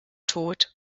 tod